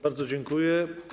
Bardzo dziękuję.